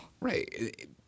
Right